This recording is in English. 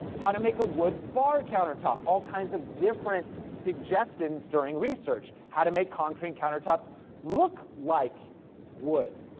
how to make a wood bar countertop, all kinds of different suggestions during research. how to make concrete countertops look like wood.